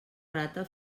rata